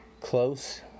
close